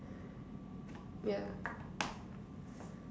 ya